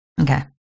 Okay